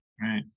Right